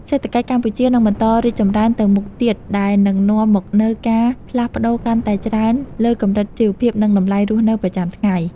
សេដ្ឋកិច្ចកម្ពុជានឹងបន្តរីកចម្រើនទៅមុខទៀតដែលនឹងនាំមកនូវការផ្លាស់ប្តូរកាន់តែច្រើនលើកម្រិតជីវភាពនិងតម្លៃរស់នៅប្រចាំថ្ងៃ។